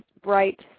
bright